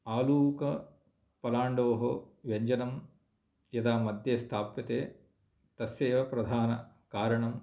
आलूकपलान्डोः व्यञ्जनं यदा मध्ये स्थाप्यते तस्य एव प्रधानकारणम्